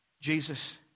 Jesus